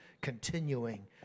continuing